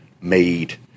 made